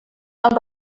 amb